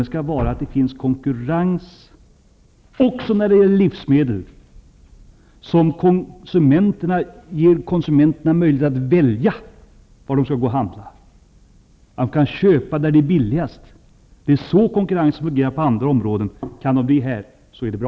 Det skall finnas konkurrens också när det gäller livsmedel, som ger konsumenterna möjlighet att välja var de skall handla. De skall kunna köpa där det är billi gast. Det är så konkurrensen fungerar på andra områden. Om det kan bli så även på detta område är det bra.